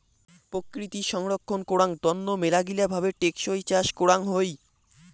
প্রকৃতি সংরক্ষণ করাং তন্ন মেলাগিলা ভাবে টেকসই চাষ করাং হই